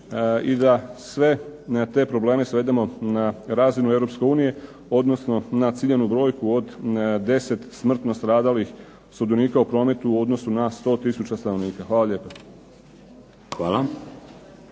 i da sve te probleme svedemo na razinu Europske unije, odnosno na ciljanu brojku od 10 smrtno stradalih sudionika u prometu u odnosu na 100 tisuća stanovnika. Hvala lijepa.